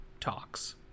talks